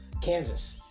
Kansas